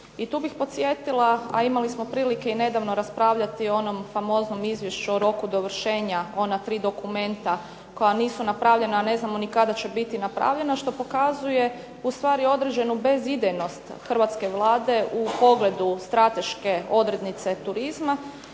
I tu bih podsjetila a imali smo prilike i nedavno raspravljati o onom famoznom izvješću o roku dovršenja ona tri dokumenta koja nisu napravljena, a ne znamo kada će biti napravljena, što pokazuje ustvari određenu bezidejnost hrvatske Vlade u pogledu strateške odrednice turizma.